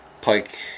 Pike